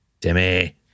Timmy